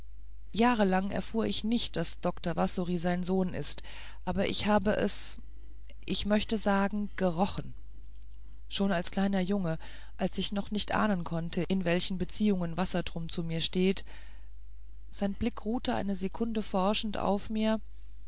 jahrelang erfuhr ich nicht daß dr wassory sein sohn ist aber ich habe es ich möchte sagen gerochen schon als kleiner junge als ich noch nicht ahnen konnte in welchen beziehungen wassertrum zu mir steht sein blick ruhte eine sekunde forschend auf mir